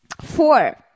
Four